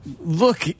Look